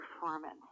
performance